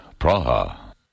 Praha